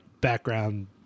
background